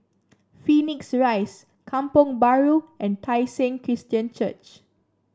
Phoenix Rise Kampong Bahru and Tai Seng Christian Church